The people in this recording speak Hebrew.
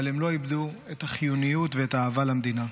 אבל הם לא איבדו את החיוניות ואת האהבה למדינה.